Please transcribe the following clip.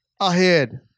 ahead